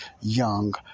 young